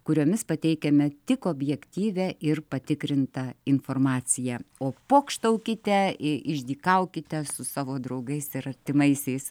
kuriomis pateikiame tik objektyvią ir patikrintą informaciją o pokštaukite išdykaukite su savo draugais ir artimaisiais